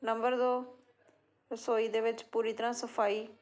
number ਦੋ ਰਸੋਈ ਦੇ ਵਿੱਚ ਪੂਰੀ ਤਰ੍ਹਾਂ ਸਫਾਈ